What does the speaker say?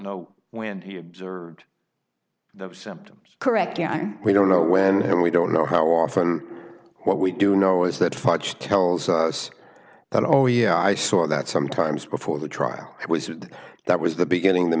know when he observed the symptoms correctly we don't know when we don't know how often what we do know is that fudge tells us that oh yeah i saw that sometimes before the trial was that was the beginning the